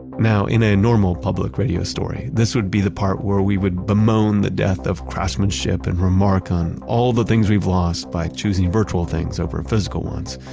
now, in a normal public radio story, this would be the part where we would bemoan the death of craftsmanship and remark on all the things we've lost by choosing virtual things over physical ones.